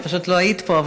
את פשוט לא היית פה.